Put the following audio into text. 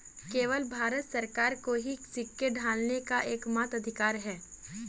केवल भारत सरकार को ही सिक्के ढालने का एकमात्र अधिकार है